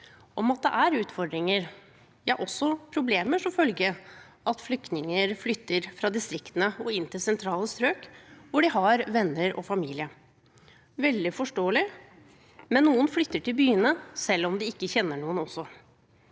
i at det er utfordringer – ja, også problemer – som følge av at flyktninger flytter fra distriktene og inn til sentrale strøk, hvor de har venner og familie. Det er veldig forståelig, men noen flytter til byene selv om de ikke kjenner noen.